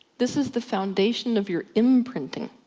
this is the foundation of your imprinting.